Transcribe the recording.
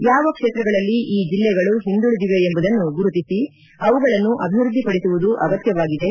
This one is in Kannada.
ಯಾವ ಕ್ಷೇತ್ರಗಳಲ್ಲಿ ಈ ಜಿಲ್ಲೆಗಳು ಹಿಂದುಳಿದಿವೆ ಎಂಬುದನ್ನು ಗುರುತಿಸಿ ಅವುಗಳನ್ನು ಅಭಿವೃದ್ದಿ ಪಡಿಸುವುದು ಅಗತ್ಯವಾಗಿದೆ